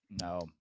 No